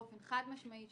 באופן חד-משמעי,